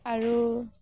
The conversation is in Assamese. আৰু